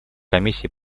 комиссии